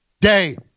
day